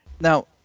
now